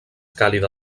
càlida